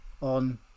on